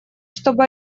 чтобы